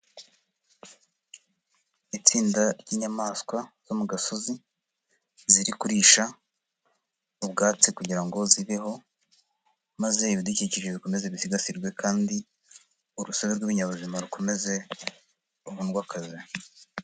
Itsinda ry'inyamaswa zo mu gasozi ziri kuririsha ubwatsi kugira ngo zibeho, maze ibidukikije bikomeze bisigasirwe kandi urusobe rw'ibinyabuzima rukomeze rukundwakaze.